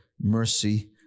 mercy